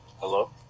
hello